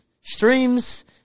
Streams